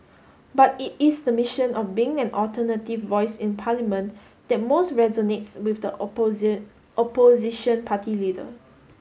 but it is the mission of being an alternative voice in Parliament that most resonates with the opposition party leader